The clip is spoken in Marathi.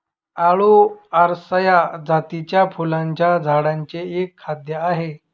आळु अरसाय जातीच्या फुलांच्या झाडांचे एक खाद्य आहे